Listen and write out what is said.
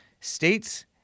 states